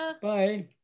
Bye